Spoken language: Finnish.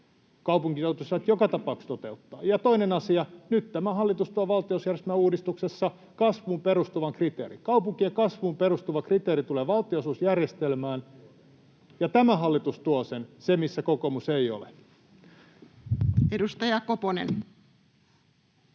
kaupungit joutuisivat ne joka tapauksessa toteuttamaan. Ja toinen asia: Nyt tämä hallitus tuo valtionosuusjärjestelmäuudistuksessa kasvuun perustuvan kriteerin. Kaupunkien kasvuun perustuva kriteeri tulee valtionosuusjärjestelmään, ja tämä hallitus tuo sen — hallitus, missä kokoomus ei ole. Ei kosketa